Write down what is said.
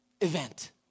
event